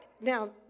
Now